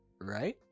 right